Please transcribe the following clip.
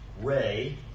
Ray